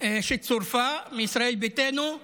מישראל ביתנו,